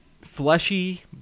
fleshy